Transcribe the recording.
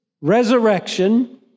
resurrection